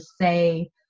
say